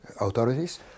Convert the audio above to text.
authorities